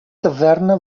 taverna